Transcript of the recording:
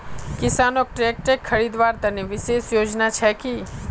किसानोक ट्रेक्टर खरीदवार तने विशेष योजना छे कि?